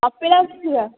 କପିଳାସ ଯିବା